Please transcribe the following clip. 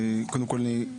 קודם כל אני,